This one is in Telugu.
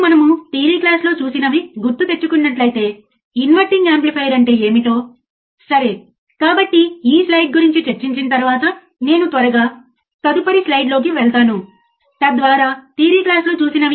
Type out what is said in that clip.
ఇన్పుట్ టెర్మినల్స్ రెండూ గ్రౌండ్ చేసి ఉన్నప్పుడు అంటే నేను ఆపరేషనల్ యాంప్లిఫైయర్ తీసుకుంటాను మరియు నేను ఇన్పుట్ టెర్మినల్స్ రెండింటినీ గ్రౌండ్ చేస్తాను